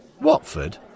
Watford